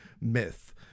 myth